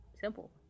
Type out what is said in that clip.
simple